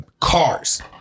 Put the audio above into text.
cars